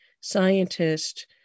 scientists